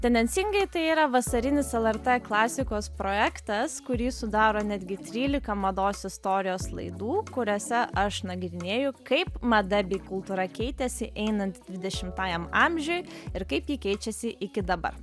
tendencingai tai yra vasarinis lrt klasikos projektas kurį sudaro netgi trylika mados istorijos laidų kuriose aš nagrinėju kaip mada bei kultūra keitėsi einant dvidešimtajam amžiui ir kaip ji keičiasi iki dabar